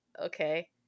okay